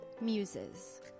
Muses